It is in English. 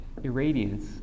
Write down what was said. irradiance